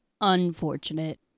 unfortunate